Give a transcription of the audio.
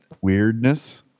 Weirdness